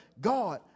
God